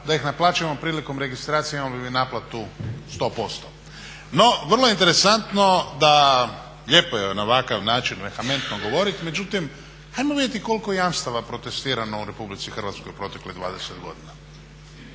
da ih naplaćujemo prilikom registracije imali bi naplatu 100%. No, vrlo interesantno da lijepo je na ovakav način …/Govornik se ne razumije./… govoriti, međutim ajmo vidjeti koliko jamstava je protestirano u RH u protekle 20 godina.